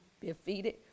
defeated